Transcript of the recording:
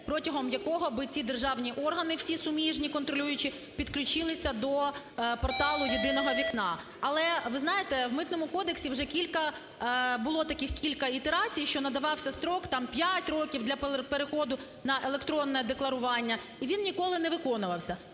протягом якого аби ці державні органи всі суміжні контролюючі підключилися до порталу "єдиного вікна". Але ви знаєте, у Митному кодексі було таких кілька ітерацій, що надавався строк там 5 років для переходу на електронне декларування, і він ніколи не виконувався.